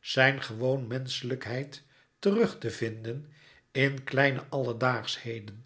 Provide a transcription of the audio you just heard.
zijne gewoon menschelijkheid terug te vinden in kleine alledaagschheden